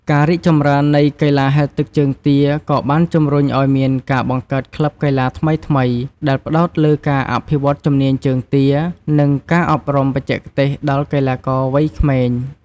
ការរីកចម្រើននៃកីឡាហែលទឹកជើងទាក៏បានជម្រុញឲ្យមានការបង្កើតក្លឹបកីឡាថ្មីៗ ដែលផ្តោតលើការអភិវឌ្ឍជំនាញជើងទា និងការអប់រំបច្ចេកទេសដល់កីឡាករវ័យក្មេង។